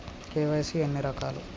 KYC ఎన్ని రకాలు?